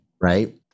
right